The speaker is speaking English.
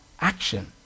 action